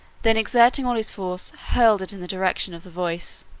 then exerting all his force, hurled it in the direction of the voice.